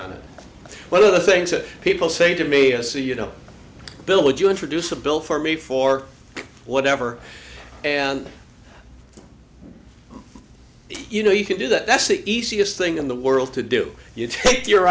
on one of the things that people say to me to say you know bill would you introduce a bill for me for whatever and you know you could do that that's the easiest thing in the world to do you take your